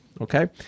okay